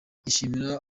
yishimira